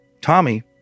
Tommy